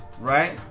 right